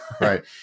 Right